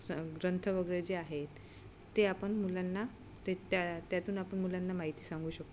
स ग्रंथ वगैरे जे आहेत ते आपण मुलांना ते त्या त्यातून आपण मुलांना माहिती सांगू शकतो